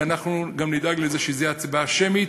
ואנחנו גם נדאג לזה שזו תהיה הצבעה שמית,